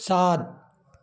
सात